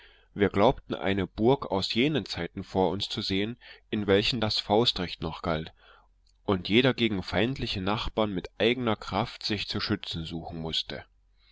wir glaubten eine burg aus jenen zeiten vor uns zu sehen in welchen das faustrecht noch galt und jeder gegen feindliche nachbarn mit eigener kraft sich zu schützen suchen mußte